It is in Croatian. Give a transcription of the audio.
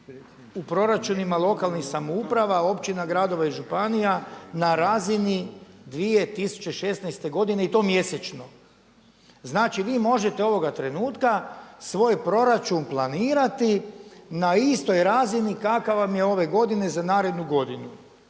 u proračunima lokalnih samouprava, općina, gradova i županija na razini 2016. godine i to mjesečno. Znači, vi možete ovoga trenutka svoj proračun planirati na istoj razini kakva vam je ove godine za narednu godinu.